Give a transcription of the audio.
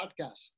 podcast